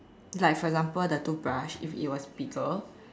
like for example the toothbrush if it was bigger